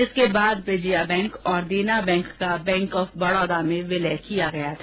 इसके बाद विजया बैंक और देना बैंक का बैंक ऑफ बड़ौदा में विलय किया गया था